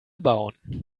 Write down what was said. bauen